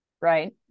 Right